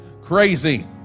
crazy